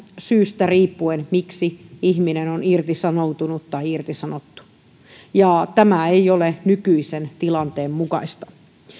syystä riippuen miksi ihminen on irtisanoutunut tai irtisanottu tämä ei ole nykyisen tilanteen mukaista